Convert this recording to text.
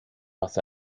was